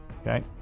Okay